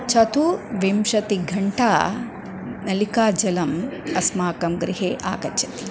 चतुर्विंशतिघण्टाः नलिकाजलम् अस्माकं गृहे आगच्छति